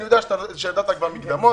אני יודע שנתת כבר מקדמות,